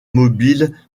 mobile